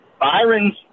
Byron's